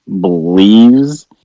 believes